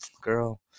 girl